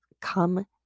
come